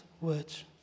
words